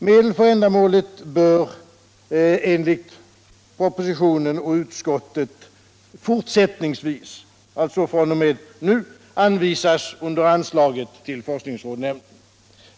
Medel för ändamålet bör enligt propositionen och utskottet fortsättningsvis — alltså fr.o.m. nu — anvisas under anslaget till forskningsrådsnämnden.